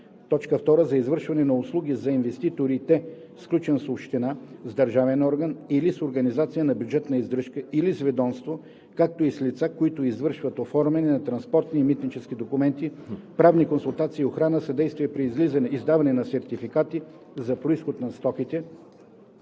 2. за извършване на услуги за инвеститорите, сключен с община, с държавен орган или с организация на бюджетна издръжка или с ведомство, както и с лица, които извършват оформяне на транспортни и митнически документи, правни консултации, охрана, съдействие при издаване на сертификати за произход на стоките,